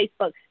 facebook